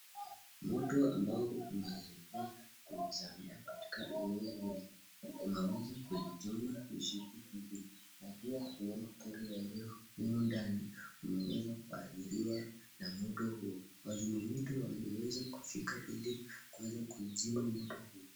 Mto ambao uko katika shamba eneo lile kuna sehemu ambayo umeanza na pia wanyama walio ndani hapo wameweza kuathirika na moto huo, wazima moto wameweza kufika ili kuzima moto huo.